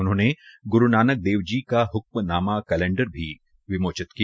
उन्होंने ग्रू नानक देव जी का हक्नामा कैलेंडर का भी विमोचन किया